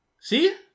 See